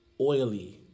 oily